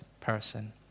person